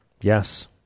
yes